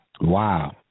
Wow